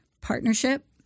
partnership